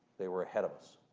they were ahead of us.